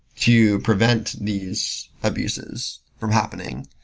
to prevent these abuses from happening.